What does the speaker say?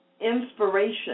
inspiration